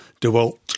DeWalt